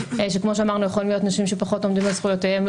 שכמו שאמרנו יכולים להיות נושים שפחות עומדים על זכויותיהם,